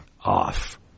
off